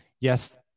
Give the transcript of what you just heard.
yes